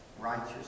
righteous